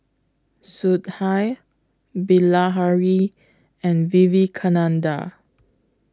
Sudhir Bilahari and Vivekananda